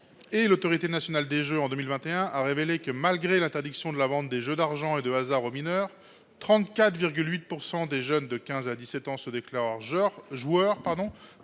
par l’Autorité nationale des jeux en 2021 révèle que, malgré l’interdiction de la vente de jeux d’argent et de hasard aux mineurs, 34,8 % des jeunes de 15 à 17 ans se déclarent joueurs, 12,1